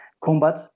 combat